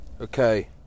Okay